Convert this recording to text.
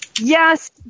Yes